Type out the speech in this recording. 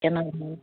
কেনে